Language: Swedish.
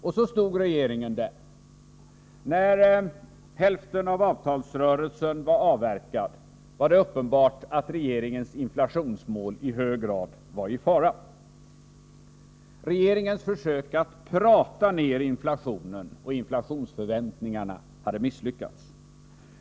Och så stod regeringen där — när avtalsrörelsen till hälften avverkats, var det uppenbart att regeringens inflationsmål i hög grad var i fara. Regeringens försök att prata ner inflationen och inflationsförväntningarna hade misslyckats.